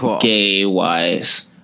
gay-wise